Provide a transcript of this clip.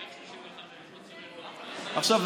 עכשיו,